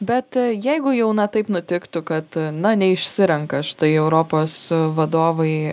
bet jeigu jau na taip nutiktų kad na neišsirenka štai europos vadovai